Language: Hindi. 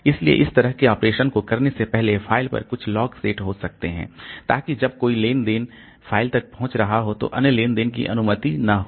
इसलिए इस तरह के ऑपरेशन को करने से पहले फ़ाइल पर कुछ लॉक सेट हो सकते हैं ताकि जब कोई लेन देन फ़ाइल तक पहुँच रहा हो तो अन्य लेन देन की अनुमति न हो